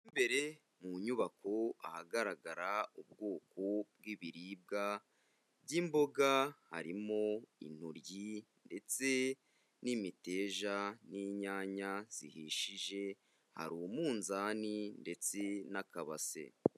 Mo imbere mu nyubako ahagaragara ubwoko bw'ibiribwa by'imboga, harimo intoryi ndetse n'imitija n'inyanya zihishije, hari umunzani ndetse n'akabase.